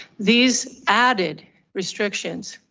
these added restrictions,